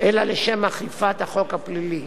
אלא לשם אכיפת החוק הפלילי.